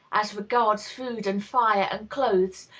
as regards food and fire and clothes,